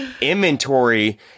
Inventory